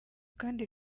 kandi